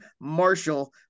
marshall